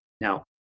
Now